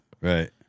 Right